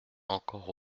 encore